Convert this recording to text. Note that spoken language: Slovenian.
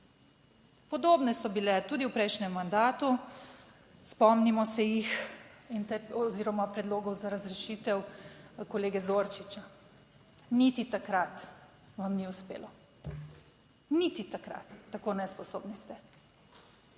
podobne so bile tudi v prejšnjem mandatu, spomnimo se jih oziroma predlogov za razrešitev kolege Zorčiča, niti takrat vam ni uspelo, niti takrat, tako nesposobni ste.